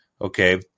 Okay